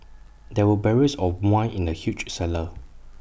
there were barrels of wine in the huge cellar